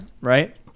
right